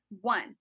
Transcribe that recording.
One